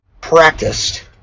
practiced